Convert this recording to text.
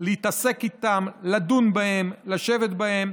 להתעסק איתם, לדון בהם, לשבת בהם,